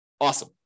Awesome